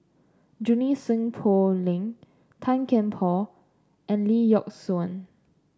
Junie Sng Poh Leng Tan Kian Por and Lee Yock Suan